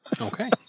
Okay